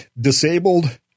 disabled